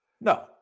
no